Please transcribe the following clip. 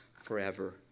forever